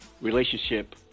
relationship